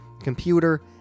computer